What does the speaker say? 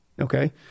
Okay